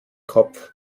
kopf